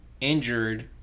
injured